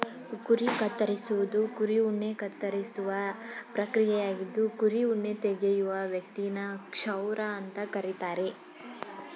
ಕುರಿ ಕತ್ತರಿಸುವುದು ಕುರಿ ಉಣ್ಣೆ ಕತ್ತರಿಸುವ ಪ್ರಕ್ರಿಯೆಯಾಗಿದ್ದು ಕುರಿ ಉಣ್ಣೆ ತೆಗೆಯುವ ವ್ಯಕ್ತಿನ ಕ್ಷೌರ ಅಂತ ಕರೀತಾರೆ